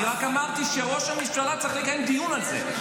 אני רק אמרתי שראש הממשלה צריך לקיים דיון על זה.